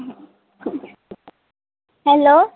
hello